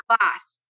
class